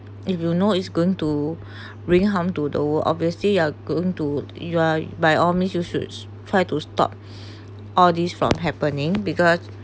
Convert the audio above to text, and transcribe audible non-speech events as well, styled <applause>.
if you know it's going to <breath> bring harm to the world obviously you're going to you are by all means you should try to stop <breath> all this from happening because